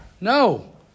No